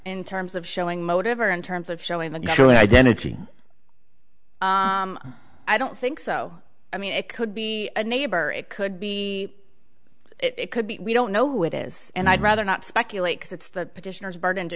in terms of showing motive or in terms of showing the jury identity i don't think so i mean it could be a neighbor it could be it could be we don't know who it is and i'd rather not speculate because it's the petitioner's burden to